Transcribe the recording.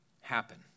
happen